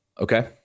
Okay